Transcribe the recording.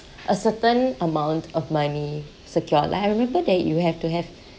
a certain amount of money secured like I remember that you have to have